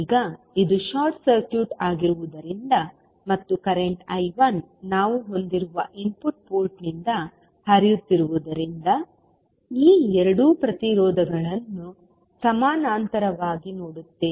ಈಗ ಇದು short circuit ಆಗಿರುವುದರಿಂದ ಮತ್ತು ಕರೆಂಟ್ I1 ನಾವು ಹೊಂದಿರುವ ಇನ್ಪುಟ್ ಪೋರ್ಟ್ನಿಂದ ಹರಿಯುತ್ತಿರುವುದರಿಂದ ಈ ಎರಡು ಪ್ರತಿರೋಧಗಳನ್ನು ಸಮಾನಾಂತರವಾಗಿ ನೋಡುತ್ತೇವೆ